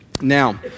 Now